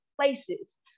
places